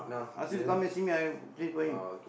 uh ask him to come and see me I change for him